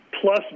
Plus